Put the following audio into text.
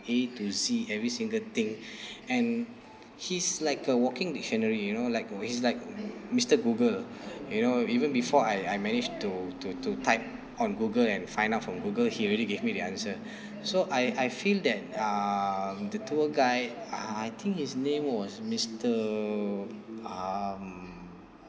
A to Z every single thing and he's like a walking dictionary you know like he's like mister google you know even before I I managed to to to type on google and find out from google he already gave me the answer so I I feel that um the tour guide uh I think his name was mister um